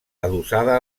adossada